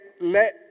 let